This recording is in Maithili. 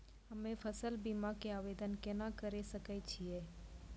हम्मे फसल बीमा के आवदेन केना करे सकय छियै?